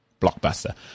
Blockbuster